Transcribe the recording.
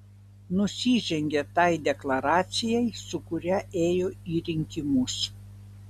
nusižengia tai deklaracijai su kuria ėjo į rinkimus